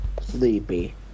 Sleepy